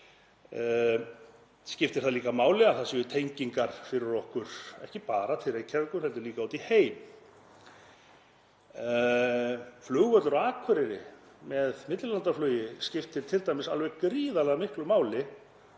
skiptir það líka máli að það séu tengingar fyrir okkur, ekki bara til Reykjavíkur heldur líka út í heim. Flugvöllur á Akureyri með millilandaflugi skiptir t.d. alveg gríðarlega miklu máli